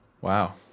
Wow